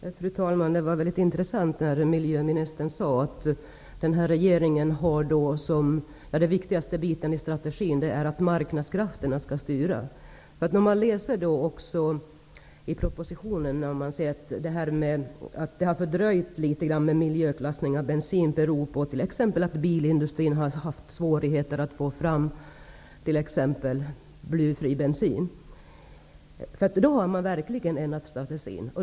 Fru talman! Vad miljöministern sade var väldigt intressant. Den viktigaste biten i regeringens strategi är alltså att marknadskrafterna skall styra. I propositionen står det att miljöklassningen av bensin har fördröjts genom att bilindustrin har haft svårt att få fram blyfri bensin. Då har man verkligen ändrat strategin.